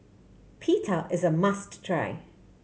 pita is a must try